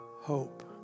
hope